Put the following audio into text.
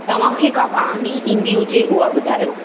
तव्हांखे का कहाणी ईंदी हुजे उहा ॿुधायो